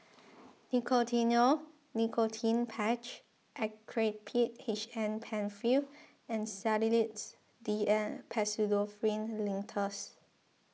Nicotinell Nicotine Patch Actrapid H M Penfill and Sedilix D N Pseudoephrine Linctus